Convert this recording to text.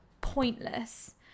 pointless